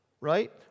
right